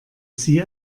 sie